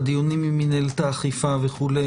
בדיונים עם מינהלת האכיפה וכו',